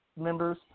members